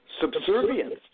subservience